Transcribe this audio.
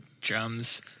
drums